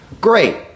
Great